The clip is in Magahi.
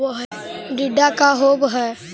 टीडा का होव हैं?